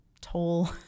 toll